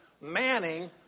manning